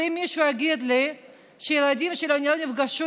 ואם מישהו יגיד לי שהילדים שלו לא נפגשו